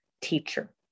teacher